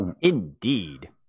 Indeed